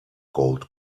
gold